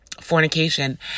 fornication